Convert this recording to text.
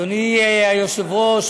אדוני היושב-ראש,